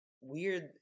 Weird